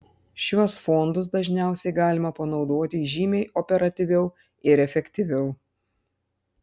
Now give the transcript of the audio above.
šiuos fondus dažniausiai galima panaudoti žymiai operatyviau ir efektyviau